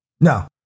No